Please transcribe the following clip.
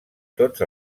tots